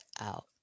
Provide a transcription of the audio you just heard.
out